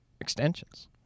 extensions